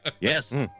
Yes